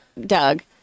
Doug